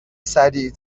سریع